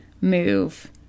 move